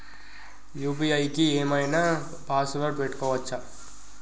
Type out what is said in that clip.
UPI కి ఏం ఐనా పాస్వర్డ్ పెట్టుకోవచ్చా?